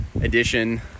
edition